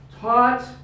Taught